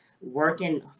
working